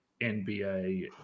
NBA